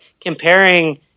comparing